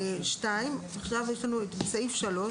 (2)בסעיף 3,